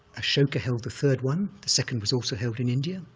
ashoka held the third one. the second was also held in india.